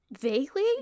Vaguely